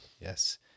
yes